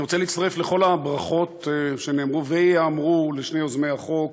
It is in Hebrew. אני רוצה להצטרף לכל הברכות שנאמרו וייאמרו לשני יוזמי החוק,